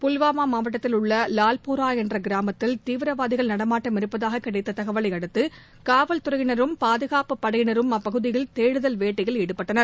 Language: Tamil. புல்வாமா மாவட்டத்தில் உள்ள வால்போரா என்ற கிராமத்தில் தீவிரவாதிகள் நடமாட்டம் இருப்பதாக கிடைத்த தகவலை அடுத்து காவல் துறையினரும் பாதுகாப்பு படையினரும் அப்பகுதியில் தேடுதல் வேட்டையில் ஈடுபட்டனர்